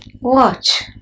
Watch